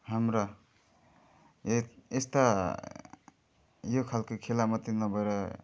हाम्रा यस यस्ता यो खालको खेला मात्रै नभएर